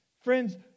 Friends